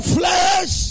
flesh